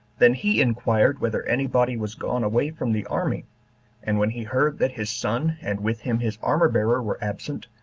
then he inquired whether any body was gone away from the army and when he heard that his son, and with him his armor-bearer, were absent,